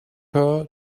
her